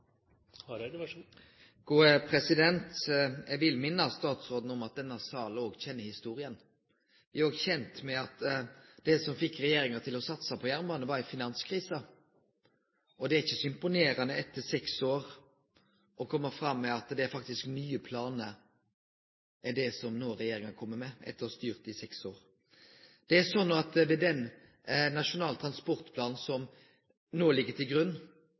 Eg vil minne statsråden om at denne salen òg kjenner historia. Me er òg kjende med at det som fekk regjeringa til å satse på jernbanen, var ei finanskrise. Og det er ikkje så imponerande å kome med at det faktisk er nye planar regjeringa kjem med etter å ha styrt i seks år. Etter den nasjonale transportplanen som no ligg til grunn,